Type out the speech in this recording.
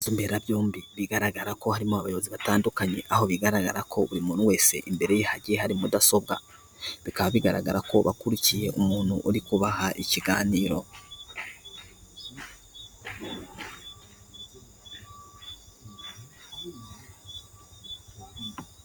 Inzu mberabyombi, bigaragara ko harimo abayobozi batandukanye, aho bigaragara ko buri muntu wese imbere ye hagiye hari mudasobwa. Bikaba bigaragara ko bakurikiye umuntu uri kubaha ikiganiro.